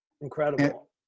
Incredible